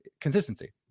consistency